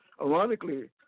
Ironically